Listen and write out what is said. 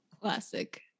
classic